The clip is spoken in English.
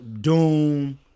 Doom